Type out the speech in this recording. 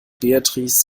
beatrix